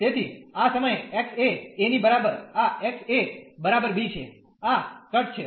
તેથી આ સમયે x એ a ની બરાબર આ x એ બરાબર b છે આ કટ છે